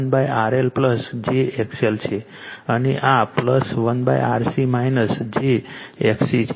તેથી તે 1RL j XL છે અને આ 1RC j XC છે